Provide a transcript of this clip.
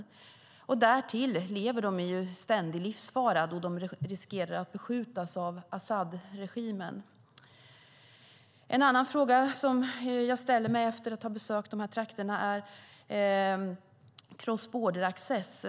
Säkert är det ännu fler nu. Därtill lever de i ständig livsfara, då de riskerar att beskjutas av Asadregimen. En annan fråga som jag ställer mig efter att ha besökt de här trakterna gäller så kallad cross-border access .